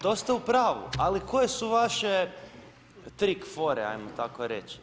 To ste u pravu, ali koje su vaše trik fore, ajmo tako reći?